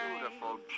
Beautiful